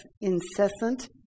incessant